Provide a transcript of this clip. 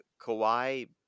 Kawhi